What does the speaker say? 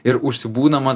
ir užsibūnama